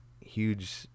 huge